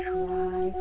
Try